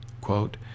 Quote